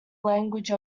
language